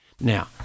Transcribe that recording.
Now